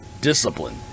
discipline